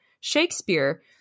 Shakespeare